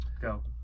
go